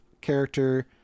character